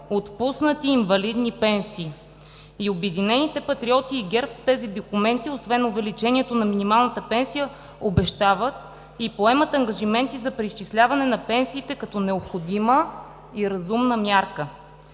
отпуснати инвалидни пенсии.“ И „Обединените патриоти“, и ГЕРБ в тези документи, освен увеличението на минималната пенсия, обещават и поемат ангажименти за призчисляване на пенсиите като необходима и разумна мярка.